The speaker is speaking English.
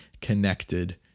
connected